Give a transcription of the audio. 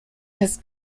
has